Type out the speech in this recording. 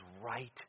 right